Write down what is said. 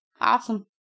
Awesome